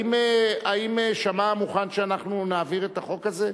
האם חבר הכנסת שאמה מוכן שאנחנו נעביר את החוק הזה?